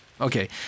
Okay